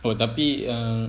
oh tapi err